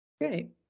Great